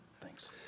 Thanks